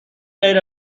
غیر